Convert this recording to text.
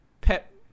Pep